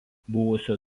buvusio